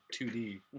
2D